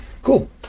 Cool